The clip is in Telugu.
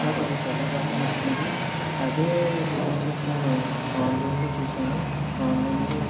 నాకు అది చాలా బాగా నచ్చింది అదే లెనిన్ షర్ట్ నేను ఆన్లైన్లో చూశాను ఆన్లైన్లో